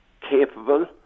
capable